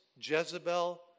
Jezebel